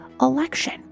election